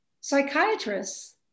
Psychiatrists